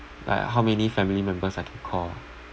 like how many family members I can call